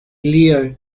leo